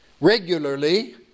regularly